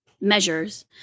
measures